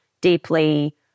deeply